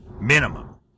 minimum